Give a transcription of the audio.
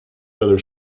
other